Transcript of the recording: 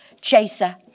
chaser